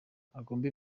agomba